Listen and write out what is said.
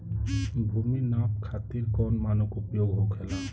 भूमि नाप खातिर कौन मानक उपयोग होखेला?